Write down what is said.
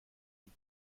sie